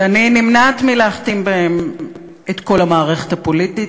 שאני נמנעת מלהכתים בהם את כל המערכת הפוליטית.